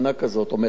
או מחאה כזאת,